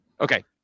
Okay